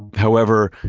however,